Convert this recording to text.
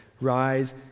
rise